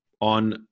on